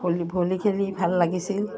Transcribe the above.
volley volley খেলি ভাল লাগিছিল